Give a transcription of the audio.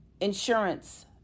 insurance